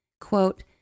quote